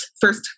First